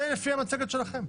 זה לפי המצגת שלכם.